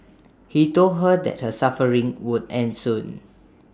he told her that her suffering would end soon